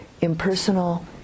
impersonal